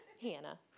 Hannah